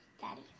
Daddy